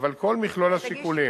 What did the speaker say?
אבל כל מכלול השיקולים,